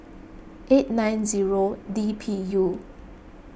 eight nine zero D P U